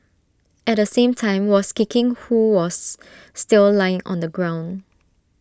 at the same time was kicking who was still lying on the ground